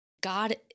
God